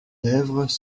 lèvres